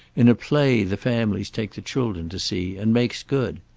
in a play the families take the children to see, and makes good.